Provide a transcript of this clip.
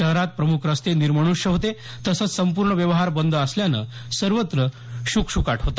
शहरात प्रमुख रस्ते निर्मनृष्य होते तसंच संपूर्ण व्यवहार बंद असल्यानं सर्वत्र शुकशुकाट होता